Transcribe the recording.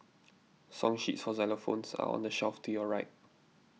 song sheets for xylophones are on the shelf to your right